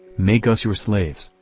make us your slaves,